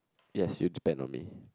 yes you depend on me